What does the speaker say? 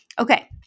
Okay